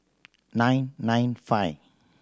nine nine five